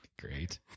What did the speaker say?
Great